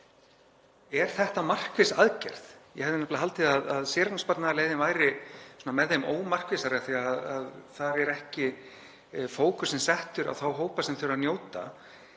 Er þetta markviss aðgerð? Ég hefði nefnilega haldið að séreignarsparnaðarleiðin væri með þeim ómarkvissari af því að þar er ekki fókusinn settur á þá hópa sem þurfa að njóta.